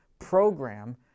program